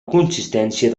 consistència